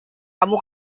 kamu